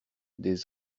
des